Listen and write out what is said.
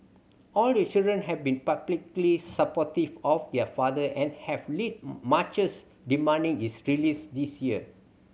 all the children have been publicly supportive of their father and have led marches demanding his release this year